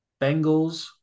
Bengals